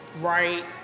right